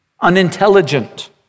unintelligent